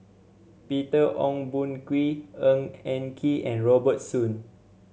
Peter Ong Boon Kwee Ng Eng Kee and Robert Soon